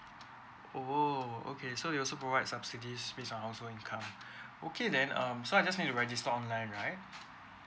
oh okay so it also provide subsidies based on household income okay then um so I just need to register online right